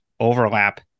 overlap